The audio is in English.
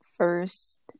first